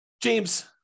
James